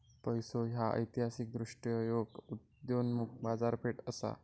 पैसो ह्या ऐतिहासिकदृष्ट्यो एक उदयोन्मुख बाजारपेठ असा